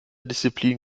disziplin